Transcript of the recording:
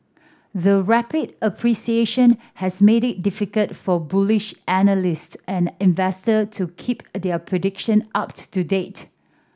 the rapid appreciation has made it difficult for bullish analyst and investor to keep their prediction up to date